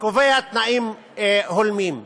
קובע תנאים הולמים.